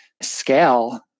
scale